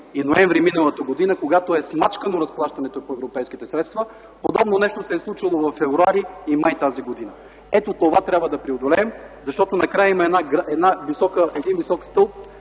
и ноември миналата година, когато е смачкано разплащането по европейските средства. Подобно нещо се е случило през месеците февруари и май т.г. Ето това трябва да преодолеем. В края има един висок стълб,